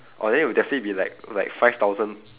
oh then it'll definitely be like like five thousand